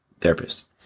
Therapist